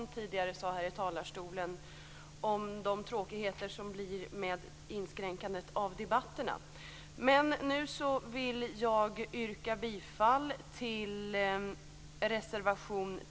Fru talman! Också jag instämmer i det som Barbro Westerholm tidigare sade här i talarstolen om de tråkigheter som blir i och med inskränkandet av debatterna. och till reservation 3 under mom. 16.